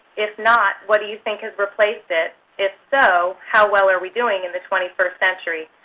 if not, what do you think is replaced it? if so, how well are we doing in the twenty first century?